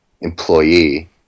employee